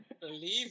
believe